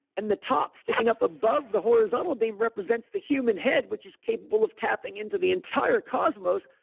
and the top sticking up above the horizontal beam represents the human head, which is capable of tapping into the entire cosmos,